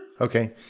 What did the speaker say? Okay